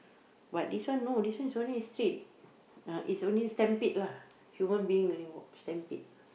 but this one no this one is only a street uh is only stampede lah human being only walk stampede